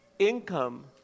income